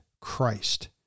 Christ